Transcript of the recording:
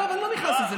עזוב, אני לא נכנס לזה.